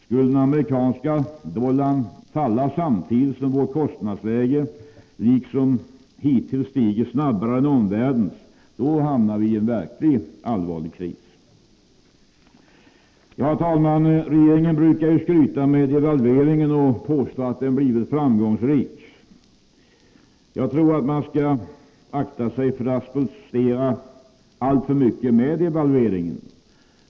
Skulle den amerikanska dollarn falla samtidigt som vårt kostnadsläge, liksom hittills, stiger snabbare än omvärldens, hamnar vi i en verkligt allvarlig kris. Herr talman! Regeringen brukar skryta med devalveringen och påstå att den blivit framgångsrik. Jag tror att man skall akta sig för att stoltsera alltför mycket med devalveringen.